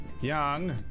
Young